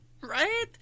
right